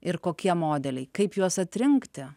ir kokie modeliai kaip juos atrinkti